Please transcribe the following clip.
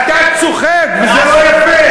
אתה צוחק, וזה לא יפה.